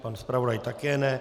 Pan zpravodaj také ne.